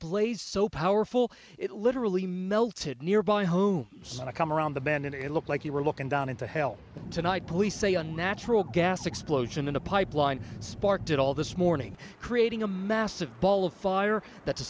blaze so powerful it literally melted nearby home to come around the bend and it looked like you were looking down into hell tonight police say a natural gas explosion in a pipeline sparked it all this morning creating a massive ball of fire that to